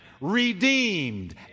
redeemed